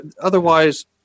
otherwise